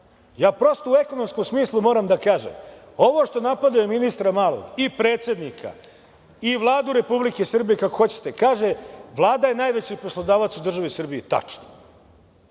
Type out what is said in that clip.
Ja prosto u ekonomskom smislu moram da kažem, ovo što napadaju ministra Malog i predsednika i Vladu Republike Srbije, kako hoćete, kaže – Vlada je najveći poslodavac u državi Srbiji. Tačno,